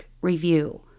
review